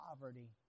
poverty